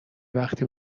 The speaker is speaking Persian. وقتی